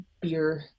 beer